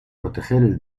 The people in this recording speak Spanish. proteger